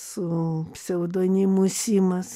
su pseudonimu simas